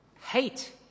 Hate